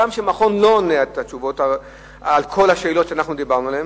הגם שמכון לא עונה על כל השאלות שדיברנו עליהן.